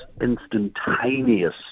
instantaneous